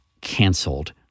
canceled